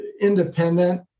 independent